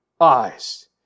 eyes